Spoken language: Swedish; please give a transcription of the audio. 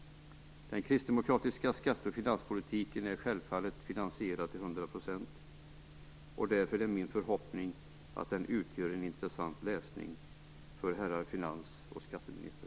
Den kristdemokratiska skatte och finanspolitiken är självfallet finansierad till 100 %, och därför är det min förhoppning att den utgör en intressant läsning för herrar finans och skatteministrar.